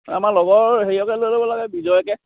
আমাৰ লগৰ হেৰিয়কে লৈ ল'ব লাগে বিজয়কে